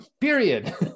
period